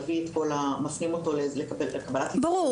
מפנים אותו לקבל את הקבלת --- ברור,